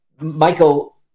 Michael